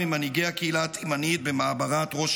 ממנהיגי הקהילה התימנית במעברת ראש